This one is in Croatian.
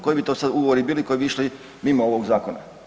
Koji bi to sada ugovori bili koji bi išli mimo ovog zakona?